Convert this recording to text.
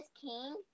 King